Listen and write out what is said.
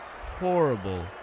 horrible